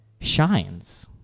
shines